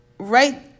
Right